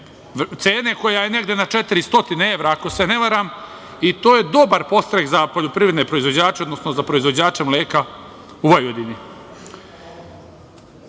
cene koja je negde na 400 evra, ako se ne varam, i to je dobar podstrek za poljoprivredne proizvođače, odnosno za proizvođače mleka u Vojvodini.